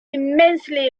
immensely